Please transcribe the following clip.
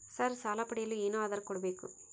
Sir ಸಾಲ ಪಡೆಯಲು ಏನು ಆಧಾರ ಕೋಡಬೇಕು?